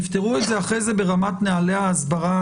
תפתרו את זה אחר כך ברמת נהלי ההסברה